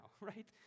right